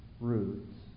roots